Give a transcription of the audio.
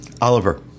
Oliver